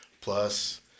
plus